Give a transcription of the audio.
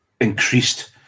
increased